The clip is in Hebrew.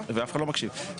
אף אחד לא מקשיב.